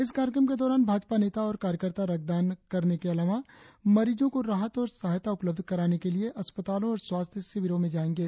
इस कार्यक्रम के दौरान भाजपा नेता और कार्यकर्ता रक्तदान करने के अलावा मरीजो को राहत और सहायता उपलब्ध कराने के लिए अस्पतालों और स्वास्थ्य शिविरों में जाएंगे